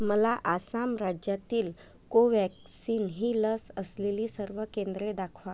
मला आसाम राज्यातील कोवॅक्सिन ही लस असलेली सर्व केंद्रे दाखवा